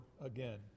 again